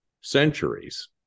centuries